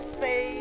say